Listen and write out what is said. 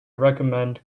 recommend